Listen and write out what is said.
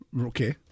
Okay